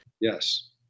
Yes